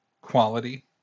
quality